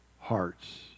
hearts